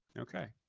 okay.